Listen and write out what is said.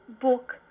book